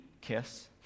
kiss